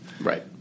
Right